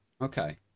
Okay